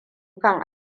kan